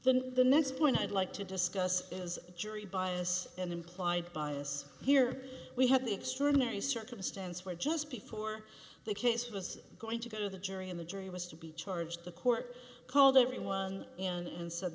then the next point i'd like to discuss is jury bias and implied bias here we have the extraordinary circumstance where just before the case was going to go to the jury and the jury was to be charged the court called everyone in and s